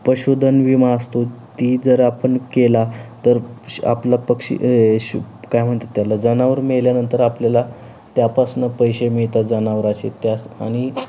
पशुधन विमा असतो ती जर आपण केला तर आपला पक्षी शु काय म्हणतात त्याला जनावर मेल्यानंतर आपल्याला त्यापासून पैसे मिळतात जनावरचे त्यास आणि